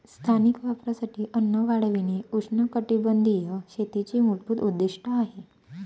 स्थानिक वापरासाठी अन्न वाढविणे उष्णकटिबंधीय शेतीचे मूलभूत उद्दीष्ट आहे